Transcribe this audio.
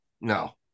no